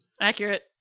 Accurate